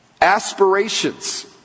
aspirations